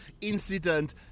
incident